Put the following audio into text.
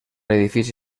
edifici